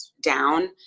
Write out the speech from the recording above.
down